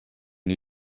new